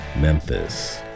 Memphis